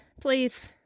Please